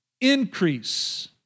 increase